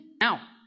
Now